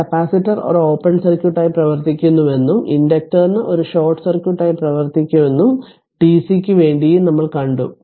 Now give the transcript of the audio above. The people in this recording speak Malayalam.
അതിനാൽ കപ്പാസിറ്റർ ഒരു ഓപ്പൺ സർക്യൂട്ടായി പ്രവർത്തിക്കുന്നുവെന്നും ഇൻഡക്റ്ററിന് ഇത് ഒരു ഷോർട്ട് സർക്യൂട്ടായി പ്രവർത്തിക്കുമെന്നും DC ക്ക് വേണ്ടിയും കണ്ടു